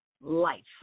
life